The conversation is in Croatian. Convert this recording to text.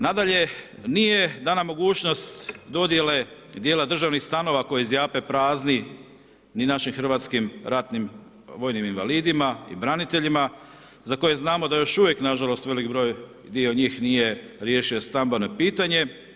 Nadalje, nije dana mogućnost dodjele dijela državnih stanova koji zjape prazni ni našim hrvatskim ratnim vojnim invalidima i braniteljima za koje znamo da još uvijek nažalost velik broj dio njih nije riješio stambeno pitanje.